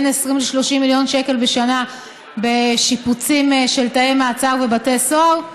בין 20 ל-30 מיליון שקל בשנה בשיפוצים של תאי מעצר ובתי סוהר.